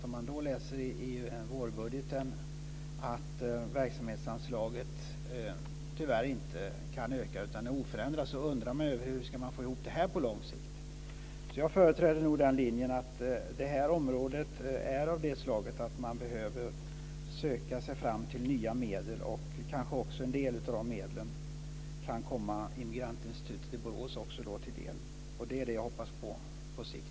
Om man då läser i vårbudgeten att verksamhetsanslaget tyvärr inte kan öka utan är oförändrat undrar man hur de ska få ihop det på lång sikt. Jag företräder nog den linjen att det här området är av det slaget att man behöver söka sig fram till nya medel, och kanske också en del av de medlen kan komma Immigrantinstitutet i Borås till del. Det är det jag hoppas på sikt.